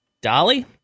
Dolly